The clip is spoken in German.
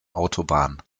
autobahn